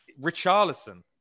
Richarlison